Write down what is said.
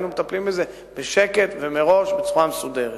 היינו מטפלים בזה בשקט ומראש בצורה מסודרת.